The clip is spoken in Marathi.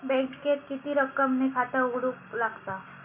बँकेत किती रक्कम ने खाता उघडूक लागता?